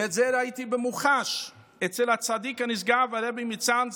ואת זה ראיתי במוחש אצל הצדיק הנשגב הרבי מצאנז,